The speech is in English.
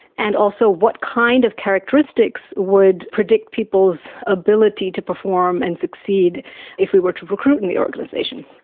and also what kind of characteristics would predict people's ability to perform and succeed if we were to recruit in the organisation.